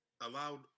allowed